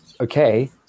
okay